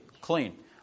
clean